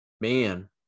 Man